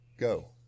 go